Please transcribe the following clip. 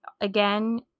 again